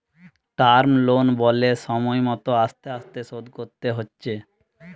term loan বলে সময় মত আস্তে আস্তে শোধ করতে হচ্ছে